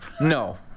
no